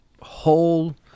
whole